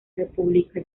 república